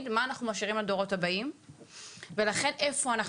מה אנחנו משאירים לדורות הבאים ולכן איפה אנחנו